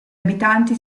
abitanti